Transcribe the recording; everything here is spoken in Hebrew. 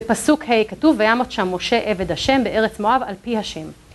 פסוק ה' כתוב וימות שם משה עבד השם בארץ מואב על פי השם